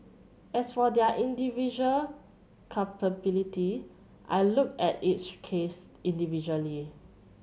as for their individual culpability I looked at each case individually